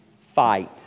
fight